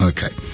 Okay